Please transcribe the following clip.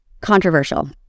Controversial